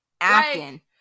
Acting